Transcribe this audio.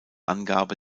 angabe